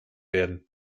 werden